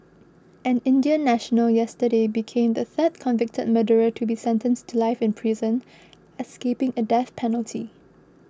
an Indian national yesterday became the third convicted murderer to be sentenced to life in prison escaping a death penalty